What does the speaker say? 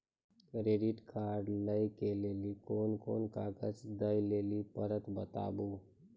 Credit card लै के लेली कोने कोने कागज दे लेली पड़त बताबू?